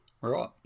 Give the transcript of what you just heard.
right